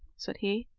said he.